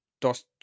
dos